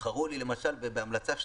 חרו לי, למשל בהמלצה 2: